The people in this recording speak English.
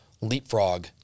leapfrog